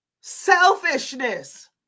selfishness